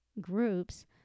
groups